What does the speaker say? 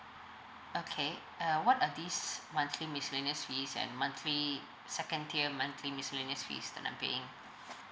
okay uh what are this monthly miscellaneous fees and monthly second tier monthly miscellaneous fees that I'm paying